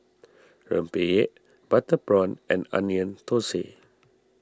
Rempeyek Butter Prawn and Onion Thosai